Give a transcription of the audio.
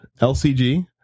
LCG